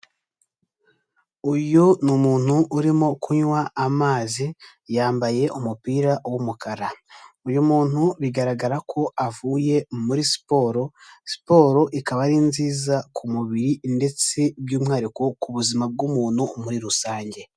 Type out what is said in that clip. Uyu ni umuntu urimo kunywa amazi yambaye umupira w'umukara, uyu muntu bigaragara ko avuye muri siporo, siporo ikaba ari nziza ku mubiri ndetse by'umwihariko ku buzima bw'umuntu muri rusange.